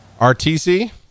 RTC